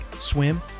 swim